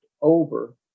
over